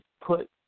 put